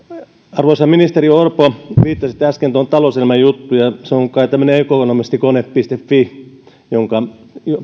arvoisa ministeri orpo viittasitte äsken tuohon talouselämän juttuun ja se on kai tämmöinen ekonomistikone fi jonka